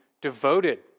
devoted